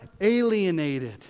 alienated